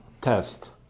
test